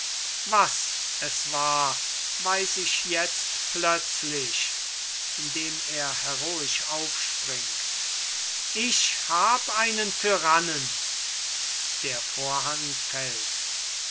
was es war weiß ich jetzt plötzlich indem er heroisch aufspringt ich hab einen tyrannen der vorhang fällt